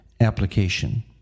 application